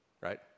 right